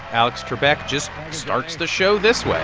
alex trebek just starts the show this